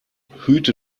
hüte